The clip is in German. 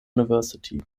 university